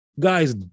Guys